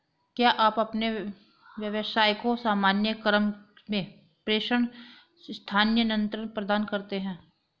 क्या आप अपने व्यवसाय के सामान्य क्रम में प्रेषण स्थानान्तरण प्रदान करते हैं?